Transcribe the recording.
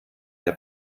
der